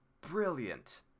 brilliant